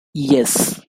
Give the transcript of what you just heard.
yes